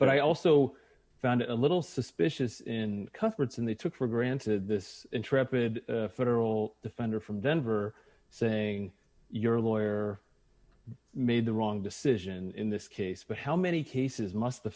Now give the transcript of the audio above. but i also found a little suspicious in cuss words and they took for granted this intrepid federal defender from denver saying you're a lawyer made the wrong decision in this case but how many cases must the